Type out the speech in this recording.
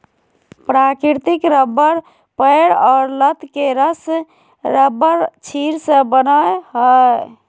प्राकृतिक रबर पेड़ और लत के रस रबरक्षीर से बनय हइ